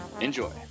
Enjoy